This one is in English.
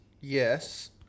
Yes